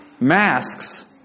Masks